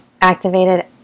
activated